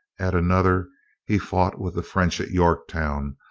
at another he fought with the french at yorktown,